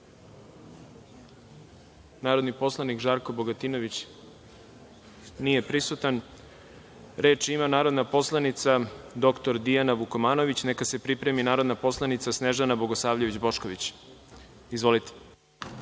poslanik Žarko Bogatinović nije prisutan. Reč ima narodna poslanica dr Dijana Vukomanović, neka se pripremi narodna poslanica Snežana Bogosavljević Bošković. Izvolite.